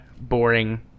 boring